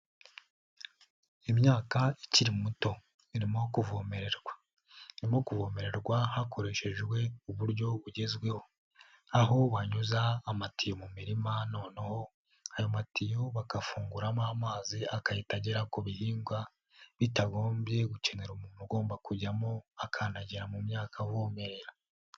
Imyaka ikiri mito irimo kuvomererwa. Irimo kuvomererwa hakoreshejwe uburyo bugezweho. aho banyuza amatiyo mu mirima noneho ayo matiyo bagafunguramo amazi agahita agera ku bihingwa, bitagombye gukenera umuntu ugomba kujyamo, akandagira mu myaka avomera.